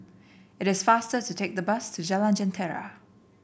it is faster to take the bus to Jalan Jentera